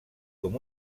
com